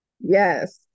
yes